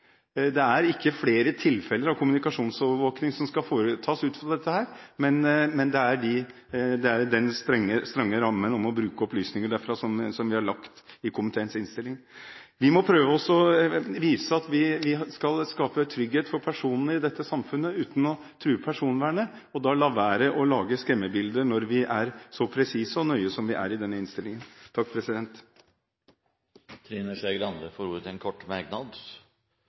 Det er ikke flere tilfeller av kommunikasjonsovervåkning som skal foretas ut fra dette her, men det er den strenge rammen om å bruke opplysninger derfra vi har lagt i komiteens innstilling. Vi må prøve å vise at vi skal skape trygghet for personer i dette samfunnet uten å true personvernet, og da la være å lage skremmebilder når vi er så presise og nøye som vi er i denne innstillingen. Trine Skei Grande har hatt ordet to ganger tidligere og får ordet til en kort merknad,